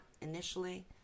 initially